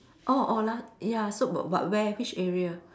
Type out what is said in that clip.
oh ya so but but where which area